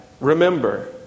Remember